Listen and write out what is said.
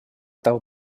того